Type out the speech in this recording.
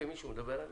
כשמישהו מדבר,